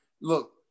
look